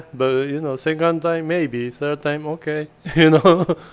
but, you know, second time, maybe. third time, ok, and